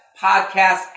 podcast